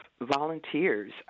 volunteers